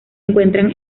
encuentran